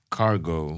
cargo